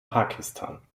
pakistan